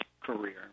career